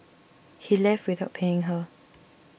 he left without paying her